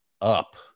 up